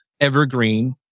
evergreen